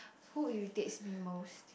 who irritates me most